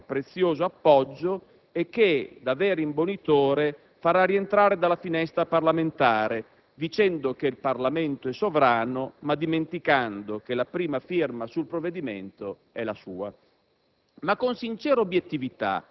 e che le farebbe perdere qualche prezioso appoggio e che, da vero imbonitore, farà rientrare dalla finestra parlamentare, dicendo che il Parlamento è sovrano, ma dimenticando che la prima firma sul provvedimento è la sua.